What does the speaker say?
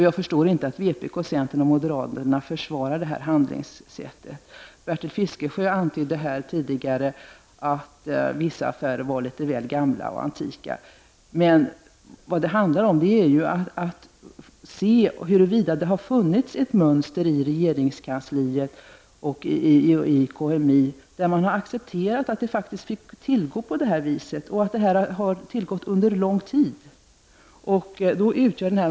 Jag förstår inte att vpk, centern och moderaterna försvarar det här handlingssättet. Bertil Fiskesjö antydde tidigare att vissa affärer var litet väl gamla. Men det gäller ju att se om det har funnits ett mönster i regeringskansliet och i KMI, som tillåter att det faktiskt får tillgå på det här sättet. Så här har det ju gått till under lång tid.